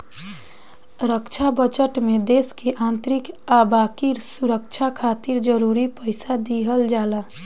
रक्षा budget में देश के आंतरिक आ बाकी सुरक्षा खातिर जरूरी पइसा दिहल जाला